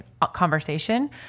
conversation